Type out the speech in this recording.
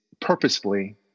purposefully